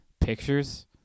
pictures